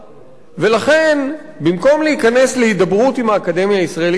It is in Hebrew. ולכן במקום להיכנס להידברות עם האקדמיה הישראלית למדעים,